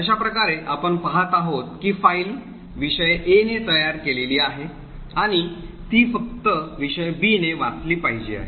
अशाप्रकारे आपण पहात आहोत की फाईल विषय A ने तयार केलेली आहे आणि ती फक्त विषय B ने वाचली पाहिजे आहे